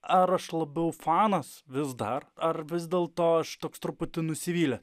ar aš labiau fanas vis dar ar vis dėlto aš toks truputį nusivylęs